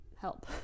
help